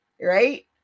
right